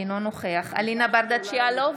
אינו נוכח אלינה ברדץ' יאלוב,